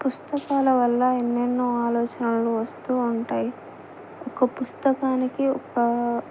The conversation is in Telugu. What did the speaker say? పుస్తకాల వల్ల ఎన్నెన్నో ఆలోచనలు వస్తూ ఉంటాయి ఒక పుస్తకానికి ఒక